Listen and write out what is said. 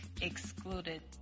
excluded